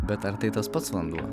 bet ar tai tas pats vanduo